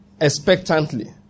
expectantly